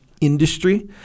industry